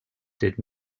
did